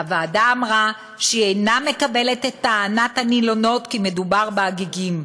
הוועדה אמרה שהיא אינה מקבלת את טענת הנילונות כי מדובר ב"הגיגים",